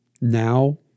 Now